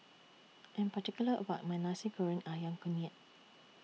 I Am particular about My Nasi Goreng Ayam Kunyit